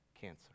cancer